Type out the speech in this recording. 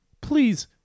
please